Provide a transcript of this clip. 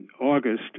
August